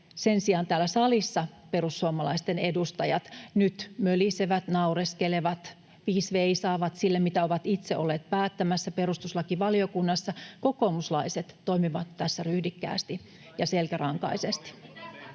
Sen sijaan täällä salissa perussuomalaisten edustajat nyt mölisevät, naureskelevat, viis veisaavat sille, mitä ovat itse olleet päättämässä perustuslakivaliokunnassa. Kokoomuslaiset toimivat tässä ryhdikkäästi ja selkärankaisesti.